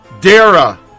Dara